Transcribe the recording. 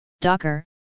Docker